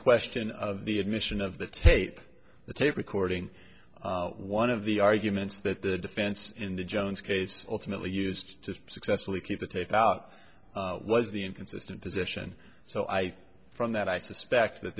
question of the admission of the tape the tape recording one of the arguments that the defense in the jones case ultimately used to successfully keep the tape out was the inconsistent position so i from that i suspect that